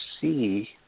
see